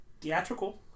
theatrical